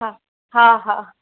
हा हा हा